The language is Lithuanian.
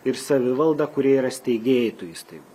ir savivalda kuri yra steigėjai tų įstaigų